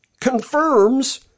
confirms